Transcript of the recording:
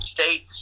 states